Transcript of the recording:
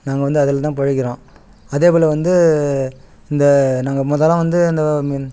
நாங்கள் வந்து அதில் தான் பிழைக்கிறோம் அதே போல் வந்து இந்த நாங்கள் முதலாம் வந்து அந்த